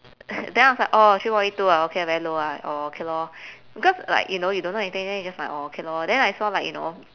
then I was like oh three point eight two ah okay very low right oh okay lor because like you know don't know anything then you just like oh okay lor then I saw like you know